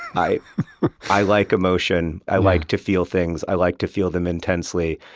i i like emotion. i like to feel things. i like to feel them intensely.